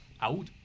Out